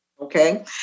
okay